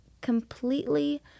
completely